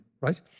right